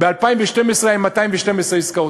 ב-2012 היו 212 עסקאות.